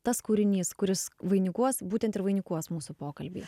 tas kūrinys kuris vainikuos būtent ir vainikuos mūsų pokalbį